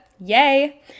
yay